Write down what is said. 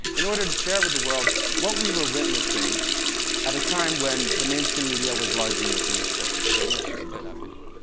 in order to share with the world what we were witnessing at a time when the mainstream media was largely missing the story. so let's just play that video.